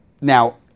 Now